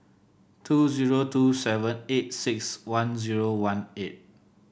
two zero two seven eight six one zero one eight